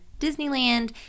Disneyland